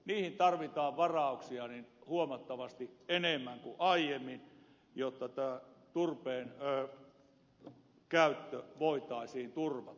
niihin tarvitaan varauksia huomattavasti enemmän kuin aiemmin jotta tämä turpeen käyttö voitaisiin turvata